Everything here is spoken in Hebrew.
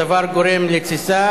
הדבר גורם לתסיסה,